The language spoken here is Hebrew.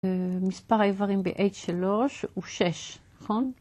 מספר האברים ב-H3 הוא 6, נכון?